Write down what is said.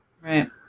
right